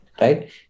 right